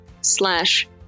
slash